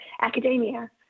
academia